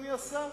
אדוני השר?